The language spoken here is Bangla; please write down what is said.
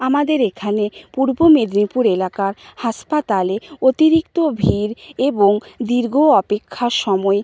আমাদের এখানে পূর্ব মেদিনীপুর এলাকার হাসপাতালে অতিরিক্ত ভিড় এবং দীর্ঘ অপেক্ষার সময়ে